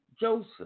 Joseph